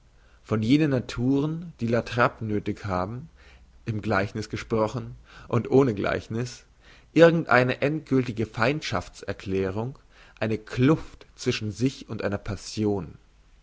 von jenen naturen die la trappe nöthig haben im gleidiniss gesprochen und ohne gleichniss irgend eine endgültige feindschafts erklärung eine kluft zwischen sich und einer passion